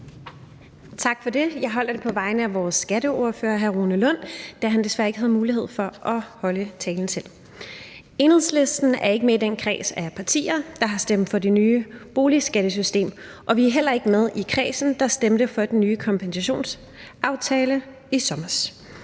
Tak for det. Jeg holder talen på vegne af vores skatteordfører, hr. Rune Lund, da han desværre ikke har mulighed for at holde talen selv. Enhedslisten er ikke med i den kreds af partier, der har stemt for det nye boligskattesystem, og vi var heller ikke med i kredsen, der stemte for den nye kompensationsaftale i sommer.